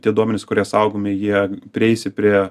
tie duomenys kurie saugomi jie prieisi prie